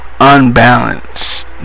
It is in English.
unbalanced